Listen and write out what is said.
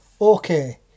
okay